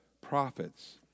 prophets